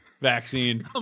vaccine